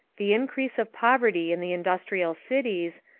the increase of poverty in the industrial cities,